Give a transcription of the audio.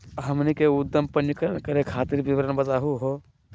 हमनी के उद्यम पंजीकरण करे खातीर विवरण बताही हो?